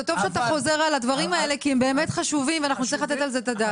זה טוב שאתה חוזר על הדברים החשובים כי נצטרך לתת עליהם את הדעת.